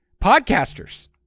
Podcasters